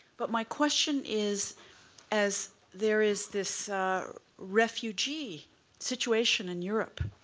but my question is as there is this refugee situation in europe,